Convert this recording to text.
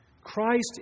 Christ